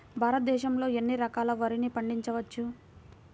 భారతదేశంలో ఎన్ని రకాల వరిని పండించవచ్చు